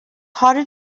harder